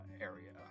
area